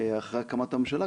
אחרי הקמת הממשלה,